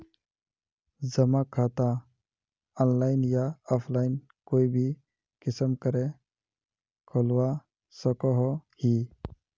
जमा खाता ऑनलाइन या ऑफलाइन कोई भी किसम करे खोलवा सकोहो ही?